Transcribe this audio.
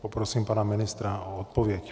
Poprosím pana ministra o odpověď.